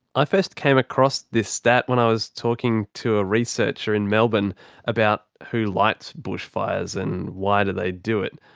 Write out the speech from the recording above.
i first came across this stat when i was talking to a researcher in melbourne about who lights bushfires and why do they do it.